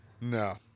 no